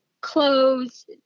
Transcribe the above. clothes